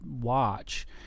watch